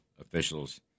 officials